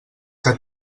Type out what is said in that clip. que